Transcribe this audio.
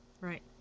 Right